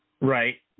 right